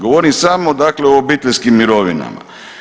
Govorim samo dakle o obiteljskim mirovinama.